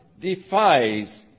defies